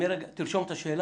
אילן, תרשום את השאלה.